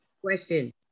Question